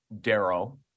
Darrow